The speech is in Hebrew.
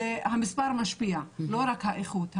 המספר משפיע, לא רק האיכות.